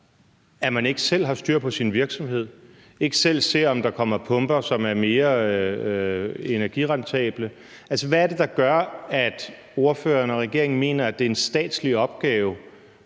har man ikke selv har styr på sin virksomhed og ser ikke selv, om der kommer pumper, som er mere energirentable. Hvad er det, der gør, at ordføreren og regeringen mener, at det nu er en statslig opgave